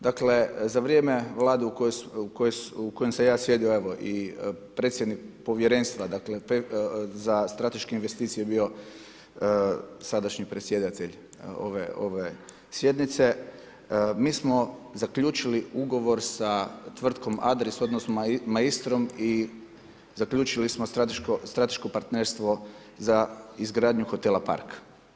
Dakle, za vrijeme Vlade u kojoj sam ja sjedio evo i predsjednik povjerenstva za strateške investicije je bio sadašnji predsjedatelj ove sjednice, mi smo zaključili ugovor sa tvrtkom Adris odnosno Maistrom i zaključili smo strateško partnerstvo za izgradnju hotela Park.